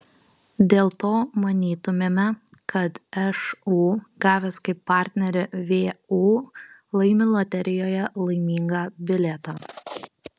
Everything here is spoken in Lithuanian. dėl to manytumėme kad šu gavęs kaip partnerį vu laimi loterijoje laimingą bilietą